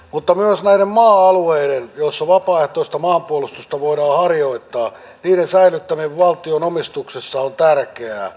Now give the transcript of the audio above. paljon myös näiden maa alueiden jussuvapaaehtoista maanpuolustusta alaikäisiä joten joudumme järjestämään heille koulu ja päivähoitopalveluita